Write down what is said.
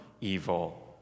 evil